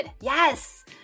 Yes